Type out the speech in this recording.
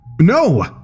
No